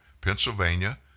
Pennsylvania